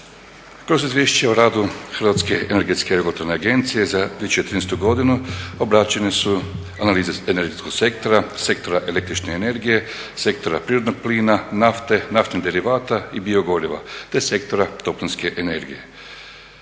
Kroz Izvješće o radu HERA-e za 2013. godinu obrađene su analize energetskog sektora, sektora električne energije, sektora prirodnog plina, nafte, naftnih derivata i biogoriva te sektora toplinske energije.